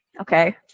Okay